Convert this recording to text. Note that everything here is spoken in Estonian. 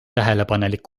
tähelepanelik